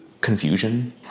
confusion